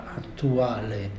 attuale